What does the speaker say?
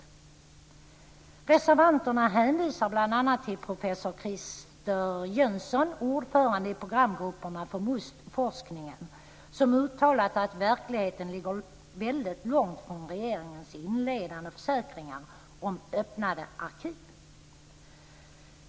Reservanterna hänvisar bl.a. till professor Christer forskningen som uttalat att verkligheten ligger väldigt långt från regeringens inledande försäkringar om öppnade arkiv.